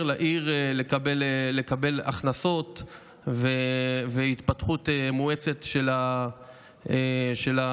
לעיר לקבל הכנסות והתפתחות מואצת של העיר.